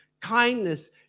kindness